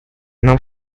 нам